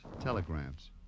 Telegrams